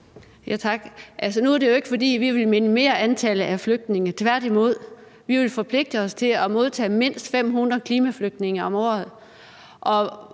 Tak. Nu er det jo ikke, fordi vi vil minimere antallet af flygtninge, tværtimod. Vi vil forpligte os til at modtage mindst 500 klimaflygtninge om året.